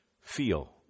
feel